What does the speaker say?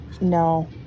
No